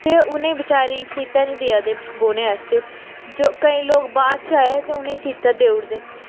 ते उ'नेंगी बेचारे गी सीटां नी देआ दे बौह्ने आस्तै जो केईं लोग बाद च आए ते उ'नेंगी सीटां देई उड़दे